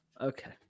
Okay